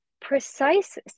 precise